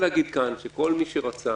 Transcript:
כל מי שרצה